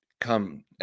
come